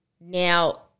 now